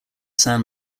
san